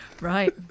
Right